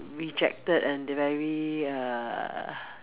rejected and very uh